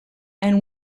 and